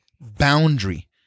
boundary